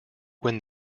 when